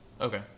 Okay